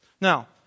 Now